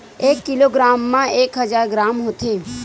एक किलोग्राम मा एक हजार ग्राम होथे